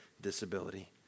disability